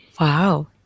Wow